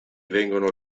vengono